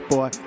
Boy